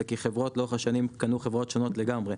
זה כי חברות לאורך השנים קנו חברות שונות לגמרי.